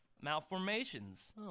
malformations